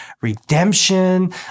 redemption